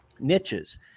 niches